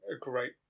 great